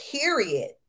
period